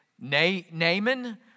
Naaman